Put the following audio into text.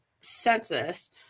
census